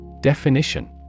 Definition